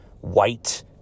white